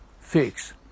fix